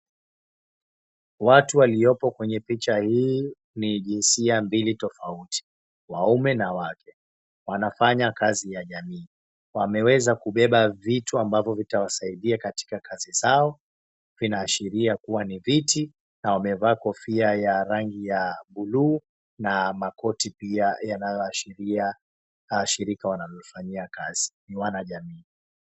Watu waliopo kwenye picha hii ni jinsia mbili tofauti, waume na wake, wanafanya kazi ya jamii. Wameweza kubeba vitu ambavyo vitawasaidia katika kazi zao vinaashiria kuwa ni viti na wamevaa kofia ya rangi ya blu na makoti pia yanayoashiria washirika wanaofanyia kazi. Ni wanajamii.